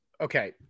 Okay